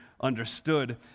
understood